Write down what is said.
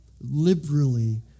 liberally